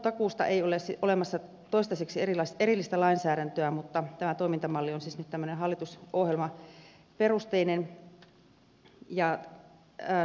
nuorisotakuusta ei ole olemassa toistaiseksi erillistä lainsäädäntöä mutta tämä toimintamalli on siis nyt tämmöinen hallitusohjelmaperusteinen